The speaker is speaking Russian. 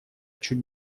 чуть